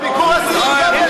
בביקור אסירים גם יש מצלמות.